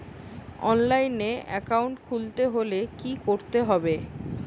অনলাইনে একাউন্ট খুলতে হলে কি করতে হবে?